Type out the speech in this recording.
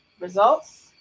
results